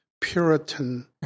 Puritan